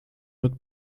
mit